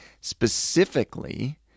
specifically